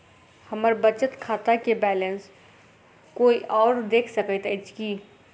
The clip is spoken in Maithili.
हम्मर बचत खाता केँ बैलेंस कोय आओर देख सकैत अछि की